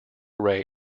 ray